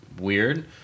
weird